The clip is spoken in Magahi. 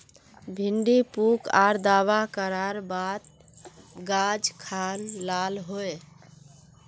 भिन्डी पुक आर दावा करार बात गाज खान लाल होए?